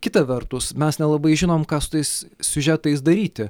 kita vertus mes nelabai žinom ką su tais siužetais daryti